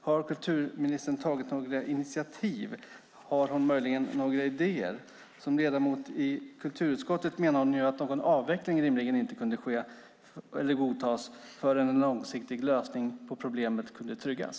Har kulturministern tagit några initiativ? Har hon möjligen några idéer? Som ledamot i kulturutskottet menade hon ju att någon avveckling rimligen inte kunde godtas förrän en långsiktig lösning på problemet hade tryggats.